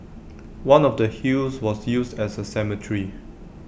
one of the hills was used as A cemetery